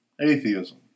atheism